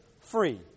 free